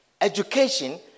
education